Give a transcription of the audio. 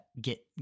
get